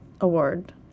award